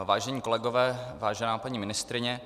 Vážení kolegové, vážená paní ministryně.